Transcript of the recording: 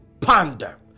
Ponder